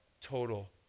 total